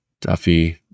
Duffy